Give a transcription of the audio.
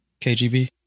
KGB